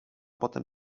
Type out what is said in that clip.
potem